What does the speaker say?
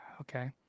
okay